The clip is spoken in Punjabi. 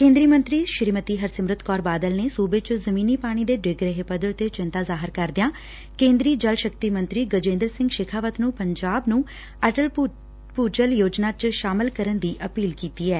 ਕੇਂਦਰੀ ਮੰਤਰੀ ਸ੍ਰੀਮਤੀ ਹਰਸਿਮਰਤ ਕੌਰ ਬਾਦਲ ਨੇ ਸੁਬੇ ਚ ਜ਼ਮੀਨੀ ਪਾਣੀ ਦੇ ਡਿੱਗ ਰਹੇ ਪੱਧਰ ਤੇ ਚਿੰਤਾ ਜ਼ਾਹਿਰ ਕਰਦਿਆਂ ਕੇਦਰੀ ਜਲ ਸ਼ਕਤੀ ਮੰਤਰੀ ਗਜੇਦਰ ਸਿੰਘ ਸ਼ੇਖਾਵਤ ਨੂੰ ਪੰਜਾਬ ਨੂੰ ਅਟਲ ਭੁਜਲ ਯੋਜਨਾ ਚ ਸ਼ਾਮਲ ਕਰਨ ਦੀ ਅਪੀਲ ਕੀਤੀ ਐ